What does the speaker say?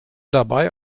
dabei